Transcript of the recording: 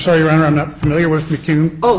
sorry i'm not familiar with